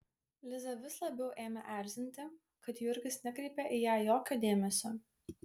lizą vis labiau ėmė erzinti kad jurgis nekreipia į ją jokio dėmesio